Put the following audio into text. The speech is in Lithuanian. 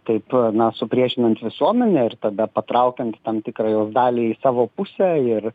taip na supriešinant visuomenę ir tada patraukiant tam tikrą jos dalį į savo pusę ir